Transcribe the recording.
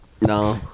No